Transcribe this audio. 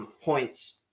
points